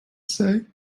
say